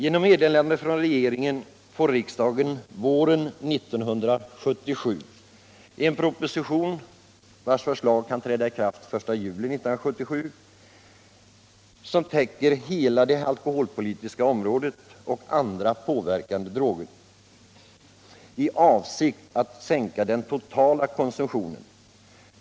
Enligt meddelande från regeringen får riksdagen våren 1977 en proposition — vars förslag kan träda i kraft den 1 januari 1977 — som täcker både hela det alkoholpolitiska området och området med andra påverkande droger i avsikt att sänka den totala konsumtionen.